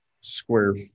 square